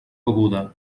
beguda